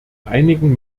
einigen